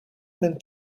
been